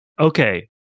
Okay